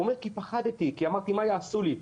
הוא אומר: כי פחדתי, כי חששתי מה יעשו לי.